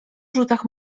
rzutach